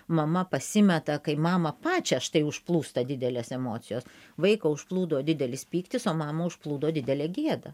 mama pasimeta kai mamą pačią štai užplūsta didelės emocijos vaiką užplūdo didelis pyktis o mamą užplūdo didelė gėda